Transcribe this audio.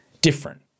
different